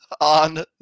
on